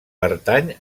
pertany